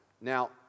Now